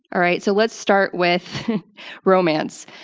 alright, so let's start with romance.